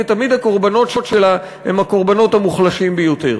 ותמיד הקורבנות שלה הם האנשים המוחלשים ביותר.